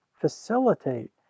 facilitate